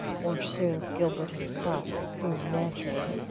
or sir gilbert himself, who, naturally,